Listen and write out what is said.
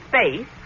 space